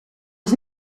was